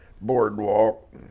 boardwalk